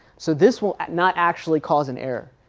so this will not actually cause an error.